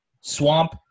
swamp